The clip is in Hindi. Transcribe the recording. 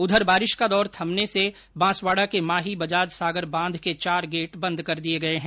उधर बारिश का दौर थमने से बासवाडा के माही बजाज सागर बांध के चार गेट बंद कर दिये गये हैं